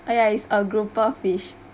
ah ya it's a grouper fish